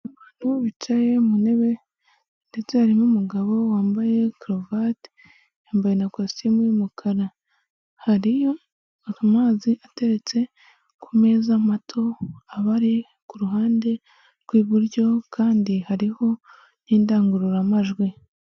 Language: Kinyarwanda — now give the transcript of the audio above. Abantu bicaye mu ntebe ndetse harimo umugabo wambaye karuvati yambaye na kositimu y'umukara, hari amazi ateretse ku meza mato abari ku ruhande rw'iburyo kandi hariho n'indangururamajwi.